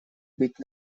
быть